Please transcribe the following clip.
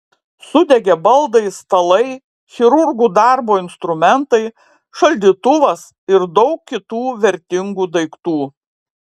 sudegė baldai stalai chirurgų darbo instrumentai šaldytuvas ir daug kitų vertingų daiktų